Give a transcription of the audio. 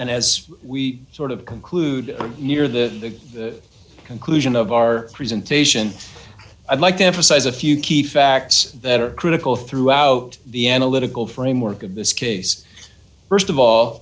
and as we sort of conclude near the conclusion of our presentation i'd like to emphasize a few key facts that are critical throughout the analytical framework of this case st of all